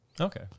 Okay